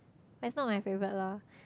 that's not my flavor loh